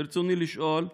ברצוני לשאול: